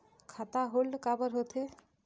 खाता होल्ड काबर होथे?